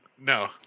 no